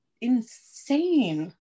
insane